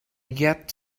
get